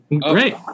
Great